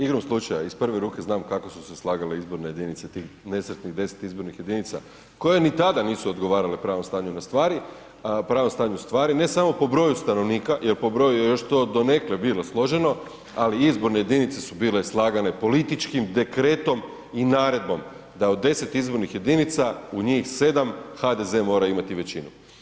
Igrom slučaja iz prve ruke znam kako su se slagale izborne jedinice tih nesretnih 10 izbornih jedinica koje ni tada nisu odgovarale pravom stanju na stvari, pravom stanju stvari, ne samo po broju stanovnika jer po broju je to još donekle bilo složeno, ali izborne jedinice su bile slagane političkim dekretom i naredbom da od 10 izbornih jedinica u njih 7 HDZ mora imati većinu.